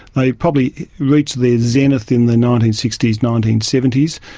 they probably reached their zenith in the nineteen sixty s, nineteen seventy s,